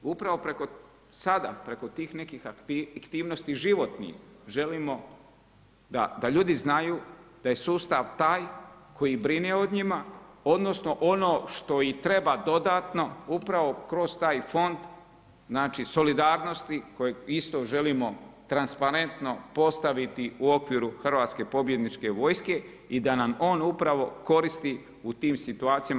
Upravo sada preko tih nekih aktivnosti životnih želimo da ljudi znaju da je sustav taj koji brine o njima, odnosno ono što i treba dodatno upravo kroz taj fond solidarnosti kojeg isto želimo transparentno postaviti u okviru hrvatske pobjedničke vojske i da nam on upravo koristi u tim situacijama.